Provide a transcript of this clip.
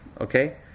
Okay